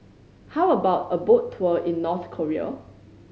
how about a boat tour in North Korea